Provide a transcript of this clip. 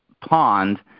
pond